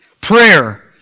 Prayer